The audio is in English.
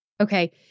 Okay